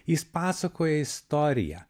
jis pasakoja istoriją